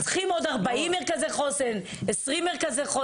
צריכים עוד 40 מרכזי חוסן, 20 מרכזי חוסן?